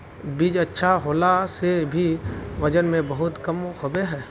बीज अच्छा होला से भी वजन में बहुत कम होबे है?